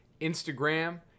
Instagram